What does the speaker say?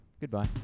goodbye